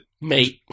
Mate